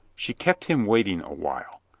she kept him waiting a while,